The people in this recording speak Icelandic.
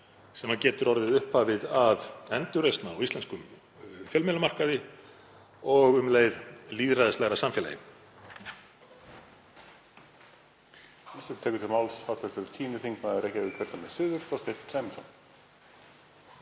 sem getur orðið upphafið að endurreisn á íslenskum fjölmiðlamarkaði og um leið lýðræðislegra samfélagi.